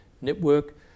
network